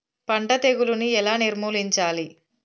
పంట తెగులుని ఎలా నిర్మూలించాలి?